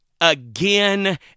again